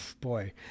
boy